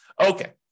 Okay